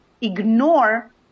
ignore